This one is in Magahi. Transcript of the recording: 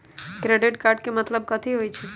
क्रेडिट कार्ड के मतलब कथी होई?